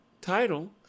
title